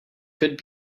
could